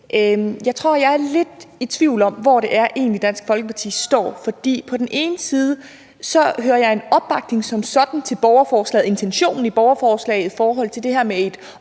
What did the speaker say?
Jeg tror, at jeg er lidt i tvivl om, hvor Dansk Folkeparti egentlig står. For på den ene side hører jeg en opbakning som sådan til intentionen i borgerforslaget i forhold til det her med et